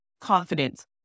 confidence